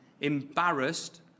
embarrassed